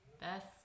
best